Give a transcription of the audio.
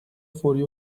فوری